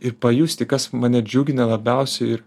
ir pajusti kas mane džiugina labiausiai ir